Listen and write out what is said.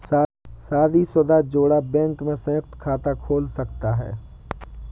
शादीशुदा जोड़ा बैंक में संयुक्त खाता खोल सकता है